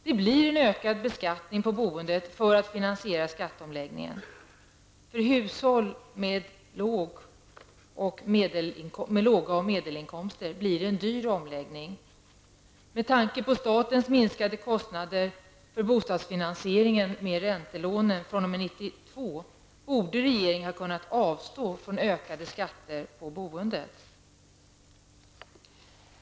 Det blir en ökad beskattning på boendet för att finansiera skatteomläggningen. För hushåll med låga inkomster och medelinkomster blir det en dyr omläggning. Med tanke på statens minskade kostnader för bostadsfinansiering i och med att räntelånen införs fr.o.m. 1992, borde regeringen ha kunnat avstå från ökade skatter på boendet.